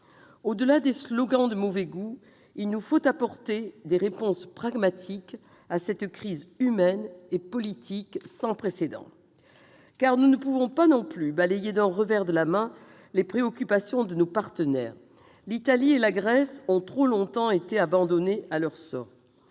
Au-delà des slogans de mauvais goût, il nous faut apporter des réponses pragmatiques à cette crise humaine et politique sans précédent. Nous ne pouvons pas non plus balayer d'un revers de la main les préoccupations de nos partenaires. L'Italie et la Grèce ont trop longtemps été abandonnées à leur sort.